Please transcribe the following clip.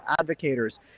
advocators